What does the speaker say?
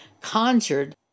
conjured